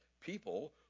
people